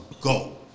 go